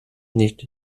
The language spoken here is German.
nicht